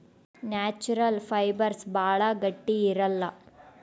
natural fibres ಭಾಳ ಗಟ್ಟಿ ಇರಲ್ಲ